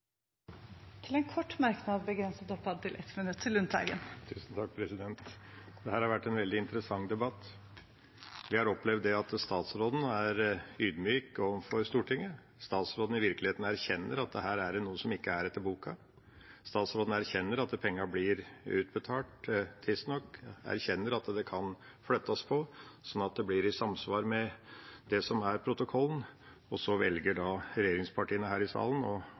en kort merknad, begrenset til 1 minutt. Dette har vært en veldig interessant debatt. Vi har opplevd at statsråden er ydmyk overfor Stortinget og i virkeligheten erkjenner at her er det noe som ikke er etter boka. Statsråden erkjenner at pengene blir utbetalt tidsnok, og at saken kan flyttes, slik at det skjer i samsvar med det som er protokollen, men så velger regjeringspartiene her i salen å